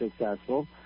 successful